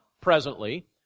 presently